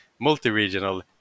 multi-regional